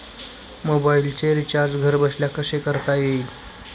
मोबाइलचे रिचार्ज घरबसल्या कसे करता येईल?